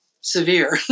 severe